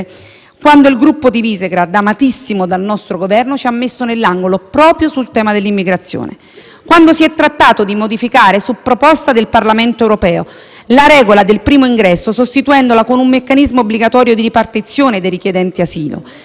Quando si è trattato di modificare, su proposta del Parlamento europeo, la regola del primo ingresso, sostituendola con un meccanismo obbligatorio di ripartizione dei richiedenti asilo, le forze che reggono questo Governo sono scomparse o si sono astenute o addirittura hanno votato contro.